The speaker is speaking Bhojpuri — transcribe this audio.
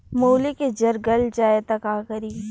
मूली के जर गल जाए त का करी?